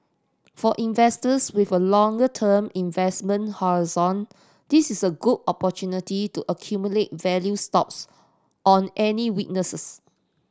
for investors with a longer term investment horizon this is a good opportunity to accumulate value stocks on any weaknesses